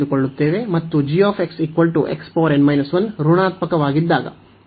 ಮತ್ತು ಋಣಾತ್ಮಕವಾಗಿದ್ದಾಗ